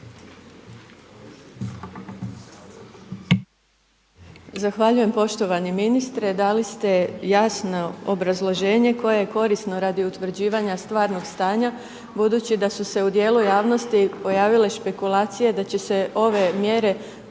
Zahvaljujem poštovani ministre, dali ste jasno obrazloženje koje je korisno radi utvrđivanja stvarnog stanja, budući da su se u dijelu javnosti pojavile špekulacije da će se ove mjere odnositi